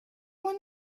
went